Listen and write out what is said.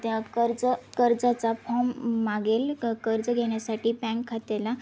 त्या कर्ज कर्जाचा फॉम मागेल क कर्ज घेण्यासाठी बँक खात्याला